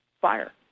fire